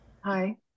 Hi